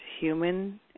human